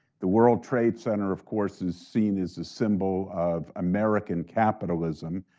the world trade center of course is seen as the symbol of american capitalism,